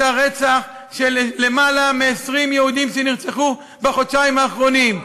הרצח של למעלה מ-20 יהודים שנרצחו בחודשיים האחרונים.